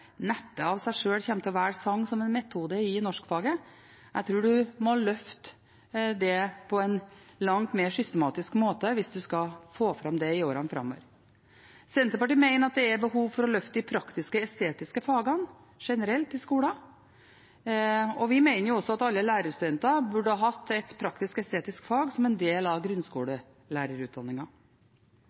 av seg selv kommer til å velge sang som en metode i norskfaget. Jeg tror man må løfte det på en langt mer systematisk måte hvis man skal få fram det i årene framover. Senterpartiet mener at det er behov for å løfte de praktisk-estetiske fagene generelt i skolen. Vi mener også at alle lærerstudenter burde hatt et praktisk-estetisk fag som en del av